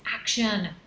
action